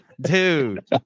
dude